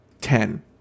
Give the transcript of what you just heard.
ten